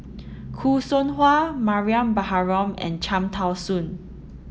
Khoo Seow Hwa Mariam Baharom and Cham Tao Soon